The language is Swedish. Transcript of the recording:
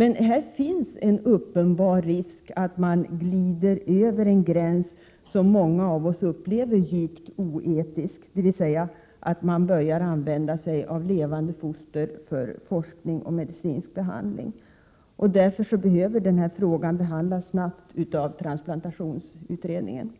därmed är söndertrasade. Men här finns en uppenbar risk att man glider över en gräns som många av oss upplever som djupt oetisk, dvs. man börjar använda sig av levande foster för forskning och medicinsk behandling. Därför bör denna fråga utredas snabbt av transplantationsutredningen.